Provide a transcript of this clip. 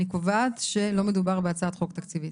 אני קובעת שלא מדובר בהצעת חוק תקציבית.